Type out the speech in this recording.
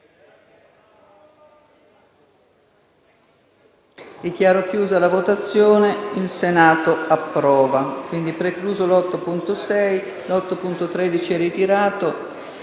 il Senato approvava